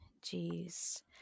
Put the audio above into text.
Jeez